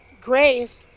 Grace